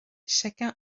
chacun